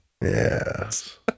Yes